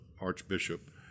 archbishop